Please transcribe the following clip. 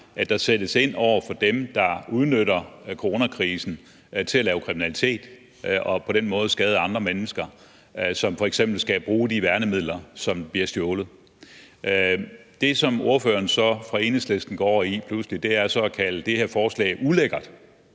at der sættes ind over for dem, der udnytter coronakrisen til at begå kriminalitet og på den måde skader andre mennesker, som f.eks. skal bruge de værnemidler, som bliver stjålet. Det, som ordføreren fra Enhedslisten så pludselig går over i, er at kalde det her forslag ulækkert.